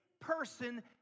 person